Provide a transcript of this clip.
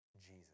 Jesus